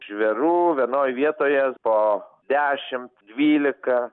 žvėrų vienoj vietoje po dešimt dvylika